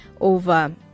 over